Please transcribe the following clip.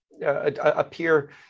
appear